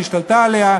שהשתלטה עליו.